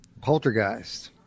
Poltergeist